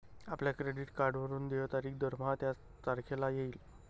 आपल्या क्रेडिट कार्डवरून देय तारीख दरमहा त्याच तारखेला येईल